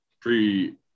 pre